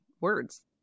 words